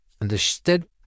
Understood